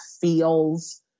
feels